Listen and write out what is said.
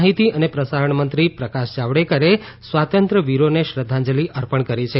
માહિતી અને પ્રસારણ મંત્રી પ્રકાશ જાવડેકરે સ્વાતંત્રવીરોને શ્રધ્ધાંજલી અર્પણ કરી છે